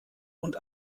und